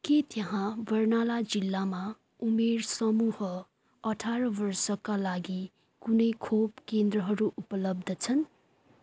के त्यहाँ बर्नाला जिल्लामा उमेर समूह अठार वर्षका लागि कुनै खोप केन्द्रहरू उपलब्ध छन्